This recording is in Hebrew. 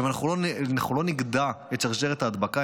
ואם אנחנו לא נגדע את שרשרת ההדבקה,